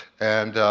and